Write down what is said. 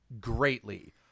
greatly